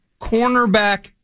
Cornerback